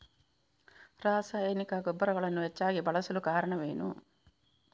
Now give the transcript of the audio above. ರಾಸಾಯನಿಕ ಗೊಬ್ಬರಗಳನ್ನು ಹೆಚ್ಚಾಗಿ ಬಳಸಲು ಕಾರಣವೇನು?